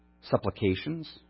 supplications